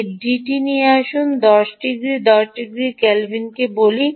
এর ডিটি দিয়ে আসুন 10 ডিগ্রি 10 ডিগ্রি কেলভিনকে বলি